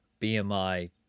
BMI